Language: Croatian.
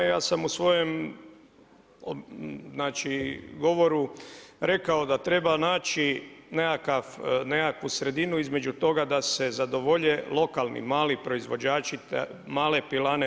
Ja sam u svojem, znači govoru rekao da treba naći nekakvu sredinu između toga da se zadovolje lokalni mali proizvođači, male pilane.